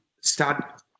start